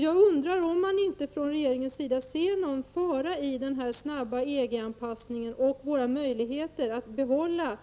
Jag undrar om man inte från regeringens sida ser någon fara i den snabba EG anpassningen och för våra möjligheter att behålla